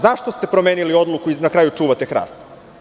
Zašto ste promenili odluku da na kraju čuvate hrast.